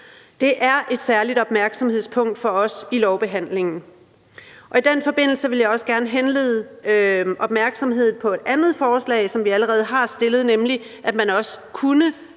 Det er et særligt opmærksomhedspunkt for os i lovbehandlingen. Og i den forbindelse vil jeg også gerne henlede opmærksomheden på et andet forslag, som vi allerede er kommet med, nemlig at man også kunne